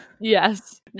Yes